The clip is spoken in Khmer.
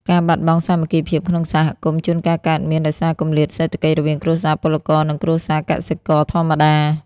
ការបាត់បង់សាមគ្គីភាពក្នុងសហគមន៍ជួនកាលកើតមាន ដោយសារគម្លាតសេដ្ឋកិច្ចរវាងគ្រួសារពលករ និងគ្រួសារកសិករធម្មតា។